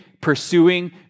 pursuing